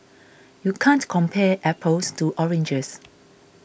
you can't compare apples to oranges